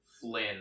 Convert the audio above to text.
Flynn